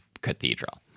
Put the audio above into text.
cathedral